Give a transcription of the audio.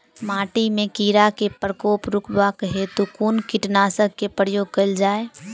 माटि मे कीड़ा केँ प्रकोप रुकबाक हेतु कुन कीटनासक केँ प्रयोग कैल जाय?